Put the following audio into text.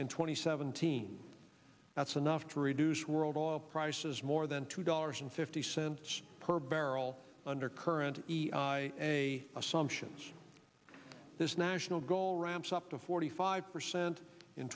and seventeen that's enough to reduce world oil prices more than two dollars and fifty cents per barrel under current e i a assumptions this national goal ramps up to forty five percent in